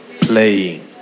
playing